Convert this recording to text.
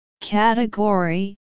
Category